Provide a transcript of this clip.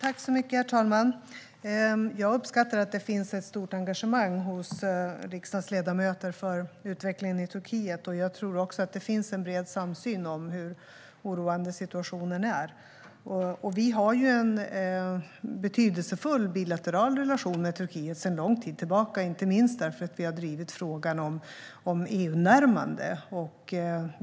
Herr talman! Jag uppskattar att det finns ett stort engagemang hos riksdagens ledamöter för utvecklingen i Turkiet. Jag tror också att det finns en bred samsyn om hur oroande situationen är. Vi har en betydelsefull bilateral relation med Turkiet sedan lång tid tillbaka, inte minst därför att vi har drivit frågan om EU-närmande.